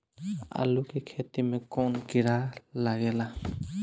आलू के खेत मे कौन किड़ा लागे ला?